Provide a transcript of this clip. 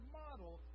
model